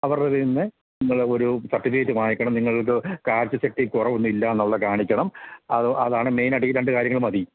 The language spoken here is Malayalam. അവരുടെ അടുത്തുനിന്ന് നിങ്ങള് ഒരു സർട്ടിഫിക്കറ്റ് കുറവൊന്നും ഇല്ല എന്നുള്ളതു കാണിക്കണം അത് അതാണ് മെയിനായിട്ട് ഈ രണ്ടു കാര്യങ്ങള് മതി